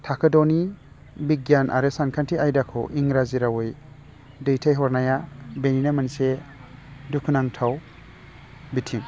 थाखो द'नि बिगियान आरो सानखान्थि आयदाखौ इंराजी रावै दैथायहरनाया बेनिनो मोनसे दुखुनांथाव बिथिं